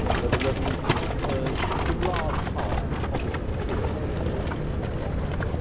where the revolution occurs in large part because it is clear that the war has been lost.